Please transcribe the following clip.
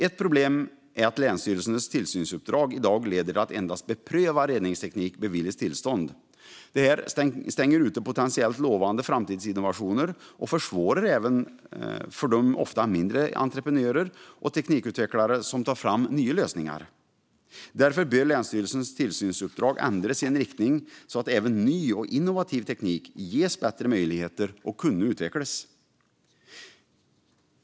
Ett problem är att länsstyrelsernas tillsynsuppdrag i dag leder till att endast beprövad reningsteknik beviljas tillstånd. Detta stänger ute potentiellt lovande framtidsinnovationer och försvårar även för de ofta mindre entreprenörer och teknikutvecklare som tar fram nya lösningar. Därför bör länsstyrelsernas tillsynsuppdrag ändras i en riktning så att även ny och innovativ teknik ges bättre möjligheter att utvecklas.